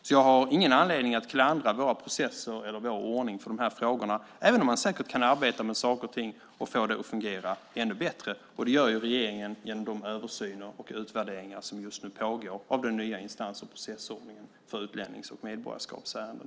Jag har därför ingen anledning att klandra våra processer eller vår ordning i de här frågorna, även om man säkert kan arbeta med saker och ting och få det att fungera ännu bättre. Det gör regeringen genom de översyner och utvärderingar som just nu pågår av den nya instans och processordningen för utlännings och medborgarskapsärenden.